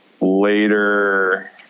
later